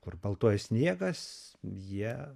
kur baltuoja sniegas jie